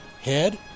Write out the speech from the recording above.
head